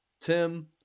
Tim